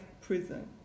prison